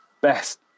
best